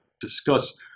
discuss